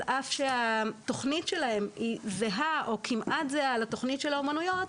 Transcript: על אף שהתוכנית שלהם היא זהה או כמעט זהה לתוכנית של האומנויות,